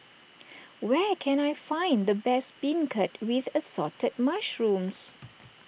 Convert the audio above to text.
where can I find the best Beancurd with Assorted Mushrooms